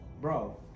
Bro